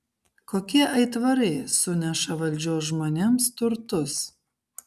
kokie aitvarai suneša valdžios žmonėms turtus